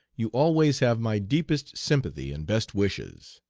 you always have my deepest sympathy and best wishes.